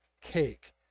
cake